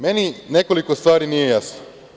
Meni nekoliko stvari nije jasno.